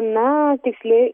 na tiksliai